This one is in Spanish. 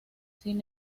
sin